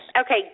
Okay